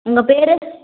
உங்கள் பேர்